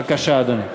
בבקשה, אדוני.